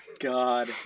God